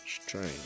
Strange